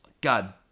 God